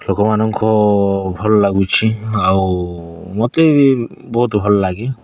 ଲୋକମାନଙ୍କୁ ଭଲ ଲାଗୁଛି ଆଉ ମୋତେ ବି ବହୁତ ଭଲ ଲାଗେ